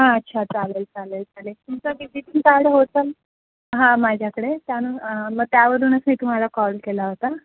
हां अच्छा चालेल चालेल चालेल तुमचा विजिटिंग कार्ड होतं हां माझ्याकडे त्यानु मग त्यावरूनच मी तुम्हाला कॉल केला होता